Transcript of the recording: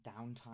downtime